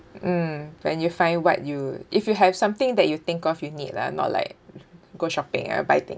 mm when you find what you if you have something that you think of you need lah not like go shopping uh buy thing